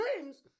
Dreams